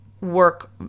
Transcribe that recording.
work